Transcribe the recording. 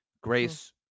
Grace